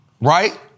Right